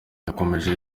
yakomeje